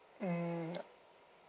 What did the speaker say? mm